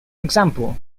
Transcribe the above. example